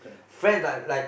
friends like like